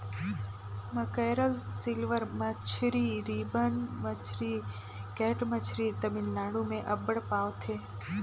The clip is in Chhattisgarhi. मकैरल, सिल्वर मछरी, रिबन मछरी, कैट मछरी तमिलनाडु में अब्बड़ पवाथे